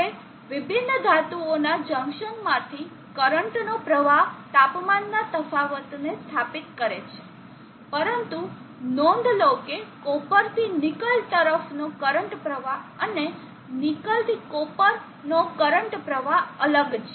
હવે વિભિન્ન ધાતુઓના જંકશન માંથી કરંટ નો પ્રવાહ તાપમાનના તફાવતને સ્થાપિત કરે છે પરંતુ નોંધ લો કે કોપરથી નિકલ તરફનો કરંટ પ્રવાહ અને નિકલથી કોપરનો કરંટ પ્રવાહ અલગ છે